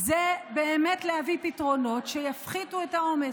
זה באמת להביא פתרונות שיפחיתו את העומס.